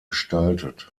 gestaltet